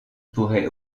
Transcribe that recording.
pourrait